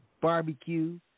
Barbecue